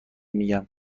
میگم